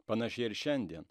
panaši ir šiandie